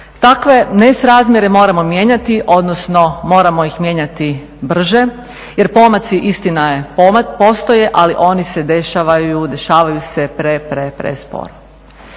Takve nerazmjere moramo mijenjati odnosno moramo ih mijenjati brže jer pomaci istina je postoje ali oni se dešavaju se pre, pre, pre sporo.